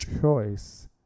choice